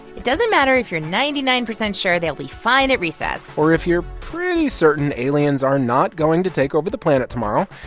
it doesn't matter if you're ninety nine percent sure they'll be fine at recess or if you're pretty certain aliens are not going to take over the planet tomorrow.